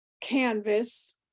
canvas